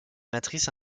matrice